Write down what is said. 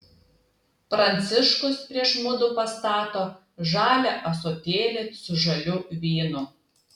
pranciškus prieš mudu pastato žalią ąsotėlį su žaliu vynu